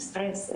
עם סטרס,